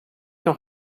noch